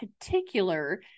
particular